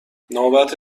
نوبت